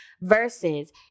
versus